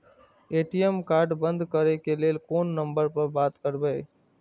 ATM card बंद करे के लेल कोन नंबर पर बात करबे?